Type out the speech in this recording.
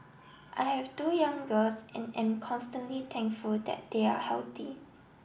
I have two young girls and am am constantly thankful that they are healthy